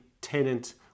tenant